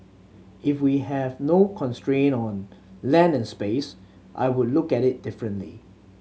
if we have no constraint on land and space I would look at it differently